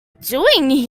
doing